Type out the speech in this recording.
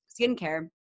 skincare